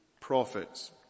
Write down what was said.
prophets